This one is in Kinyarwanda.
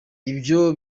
ivyo